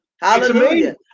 hallelujah